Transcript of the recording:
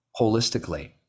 holistically